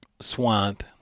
swamp